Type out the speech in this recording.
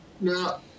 Now